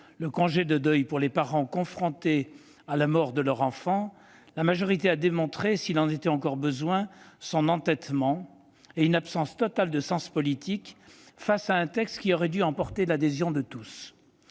le congé de deuil pour les parents confrontés à la mort de leur enfant, la majorité a démontré, s'il en était encore besoin, son entêtement et une absence totale de sens politique face à un texte qui aurait dû emporter l'adhésion de tous.